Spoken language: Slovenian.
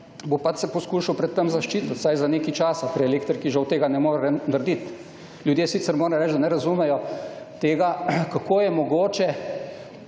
bo pač se poskušal pred tem zaščitit, vsaj za nekaj časa. Pri elektriki žal tega ne morem naredit. Ljudje sicer, moram reči, da ne razumejo tega, kako je mogoče,